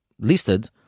listed